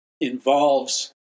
involves